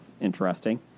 interesting